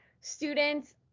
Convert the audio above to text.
students